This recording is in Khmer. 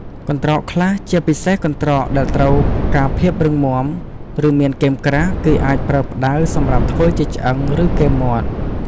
កន្រ្តកខ្លះ ជាពិសេសកន្រ្តកដែលត្រូវការភាពរឹងមាំ ឬមានគែមក្រាស់ គេអាចប្រើផ្តៅសម្រាប់ធ្វើជាឆ្អឹង ឬគែមមាត់។